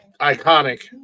iconic